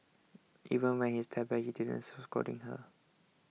even when he stepped back he didn't scolding her